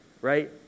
right